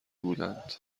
بودند